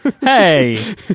Hey